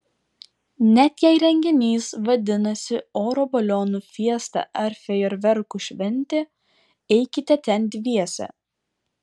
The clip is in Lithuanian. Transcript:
net jei renginys vadinasi oro balionų fiesta ar fejerverkų šventė eikite ten dviese